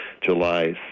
July